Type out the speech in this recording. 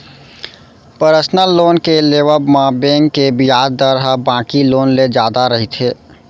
personal loan के लेवब म बेंक के बियाज दर ह बाकी लोन ले जादा रहिथे